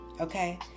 okay